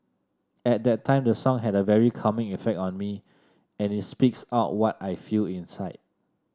at that time the song had a very calming effect on me and it speaks out what I feel inside